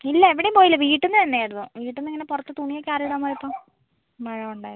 ഇല്ല എവിടേം പോയില്ലാ വീട്ടിന്ന് തന്നെയായിരുന്നു വീട്ടിന്നിങ്ങനെ പുറത്ത് തുണിയൊക്കെ അഴയിൽ ഇടാൻ പോയപ്പോൾ മഴ കൊണ്ടു